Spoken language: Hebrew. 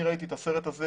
אני ראיתי את הסרט הזה,